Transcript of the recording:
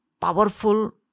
powerful